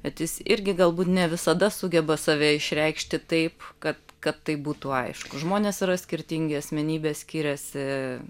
bet jis irgi galbūt ne visada sugeba save išreikšti taip kad kad tai būtų aišku žmonės yra skirtingi asmenybės skiriasi